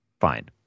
fine